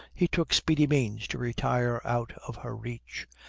he took speedy means to retire out of her reach,